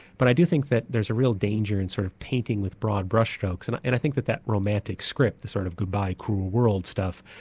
but i do think that there's a real danger in sort of painting with broad brushstrokes, and and i think that that romantic script, the sort of goodbye, cruel world' stuff